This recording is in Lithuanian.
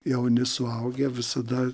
jauni suaugę visada